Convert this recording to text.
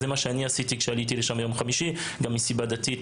זה מה שאני עשיתי כשעליתי לשם ביום חמישי גם מסיבה דתית